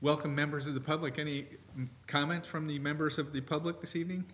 welcome members of the public any comments from the members of the public this evening